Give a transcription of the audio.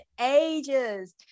ages